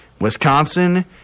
Wisconsin